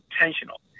intentional